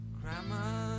Grandma